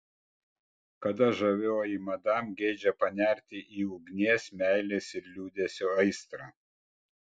kada žavioji madam geidžia panerti į ugnies meilės ir liūdesio aistrą